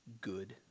good